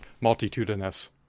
multitudinous